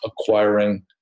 acquiring